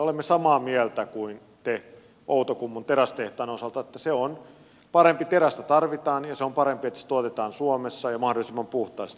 olemme samaa mieltä kuin te outokummun terästehtaan osalta että terästä tarvitaan ja se on parempi että se tuotetaan suomessa ja mahdollisimman puhtaasti